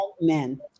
Men